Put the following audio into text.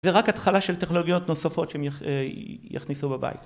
זה רק התחלה של טכנולוגיות נוספות שהם יכניסו בבית.